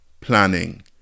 planning